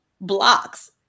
blocks